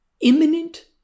Imminent